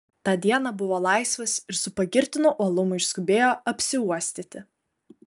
tą dieną buvo laisvas ir su pagirtinu uolumu išskubėjo apsiuostyti